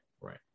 Right